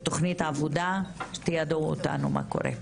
תכנית עבודה, תיידעו אותנו מה קורה,